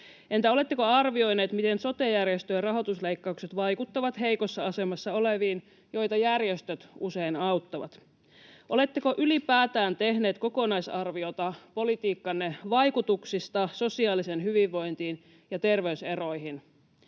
Entä oletteko arvioineet, miten sote-järjestöjen rahoitusleikkaukset vaikuttavat heikossa asemassa oleviin, joita järjestöt usein auttavat? Oletteko ylipäätään tehneet kokonaisarviota politiikkanne vaikutuksista sosiaaliseen hyvinvointiin ja terveyseroihin?